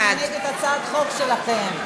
אני נגד הצעת חוק שלכם.